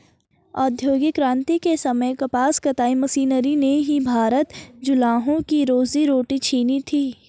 औद्योगिक क्रांति के समय कपास कताई मशीनरी ने ही भारतीय जुलाहों की रोजी रोटी छिनी थी